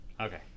Okay